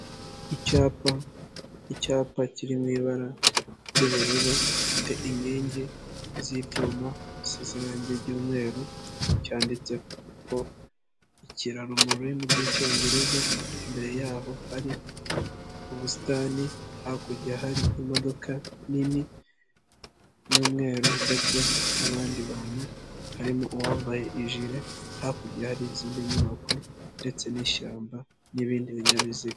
Icyapa kiri mu ibara ry'ubururu gifite inkingi z'ibyuma zisize irange ry'umweru cyanditseho ikiraro mu rurimi rw'icyongereza, imbere yaho hari ubusitani, hakurya hari imodoka nini y'umweru ndetse n'abandi bantu harimo uwambaye ijire, hakurya hari izindi nyubako ndetse n'ishyamba n'ibindi binyabiziga.